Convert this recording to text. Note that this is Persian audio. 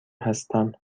هستم